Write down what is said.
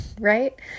right